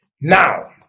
Now